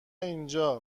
اینجا